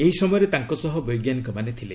ଏହି ସମୟରେ ତାଙ୍କ ସହ ବୈଜ୍ଞାନିକମାନେ ଥିଲେ